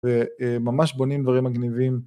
וממש בונים דברים מגניבים.